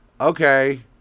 okay